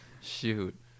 Shoot